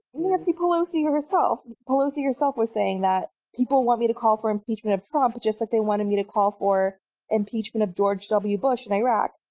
nancy pelosi, herself, pelosi herself was saying that people want me to call for impeachment of trump just like they wanted me to call for impeachment of george w. bush and iraq.